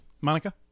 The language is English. monica